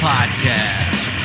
Podcast